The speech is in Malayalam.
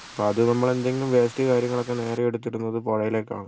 അപ്പം അത് നമ്മള് എന്തെങ്കിലും വേസ്റ്റ് കാര്യങ്ങളൊക്കേ നേരേ എടുത്തിടുന്നത് പുഴയിലേക്കാണ്